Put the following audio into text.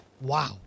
Wow